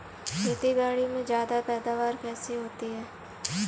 खेतीबाड़ी में ज्यादा पैदावार कैसे होती है?